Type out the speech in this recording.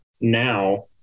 now